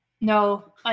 No